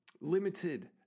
limited